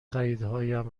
خریدهایم